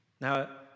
Now